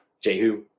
Jehu